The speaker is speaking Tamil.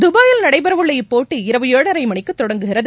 துபாயில் நடைபெறவுள்ள இப்போட்டி இரவு ஏழரை மணிக்கு தொடங்குகிறது